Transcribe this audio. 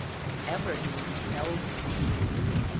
if ever he was compelled to leave the room,